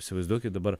įsivaizduokit dabar